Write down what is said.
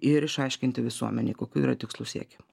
ir išaiškinti visuomenei kokių yra tikslų siekiama